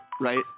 right